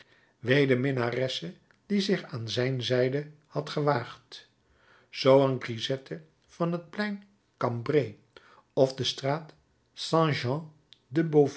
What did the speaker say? de minnaresse die zich aan zijn zijde had gewaagd zoo een grisette van het plein cambray of de straat st